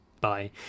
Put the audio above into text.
Bye